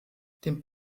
dem